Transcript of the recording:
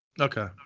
Okay